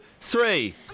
three